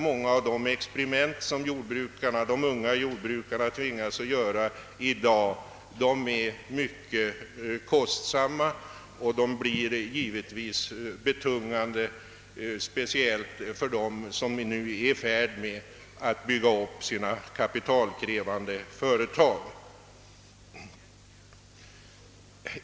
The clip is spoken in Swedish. Många av de experiment som de unga jordbrukarna i dag tvingas göra är mycket kostsamma och de blir givetvis betungande speciellt för dem som nu är i färd med att bygga upp sina kapitalkrävande företag.